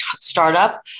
startup